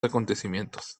acontecimientos